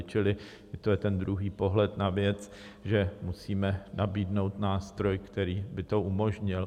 Čili to je ten druhý pohled na věc, že musíme nabídnout nástroj, který by to umožnil.